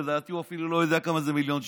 לדעתי, הוא אפילו לא יודע כמה זה מיליון שקל.